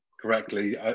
correctly